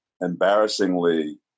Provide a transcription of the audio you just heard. embarrassingly